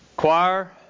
Choir